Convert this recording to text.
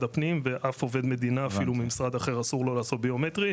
הפנים ואף עובד מדינה ממשרד אחר אסור לו לעשות ביומטרי,